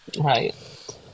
Right